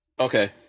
Okay